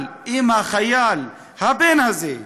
אבל אם החייל, הבן הזה,